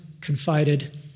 confided